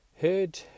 heard